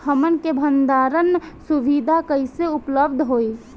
हमन के भंडारण सुविधा कइसे उपलब्ध होई?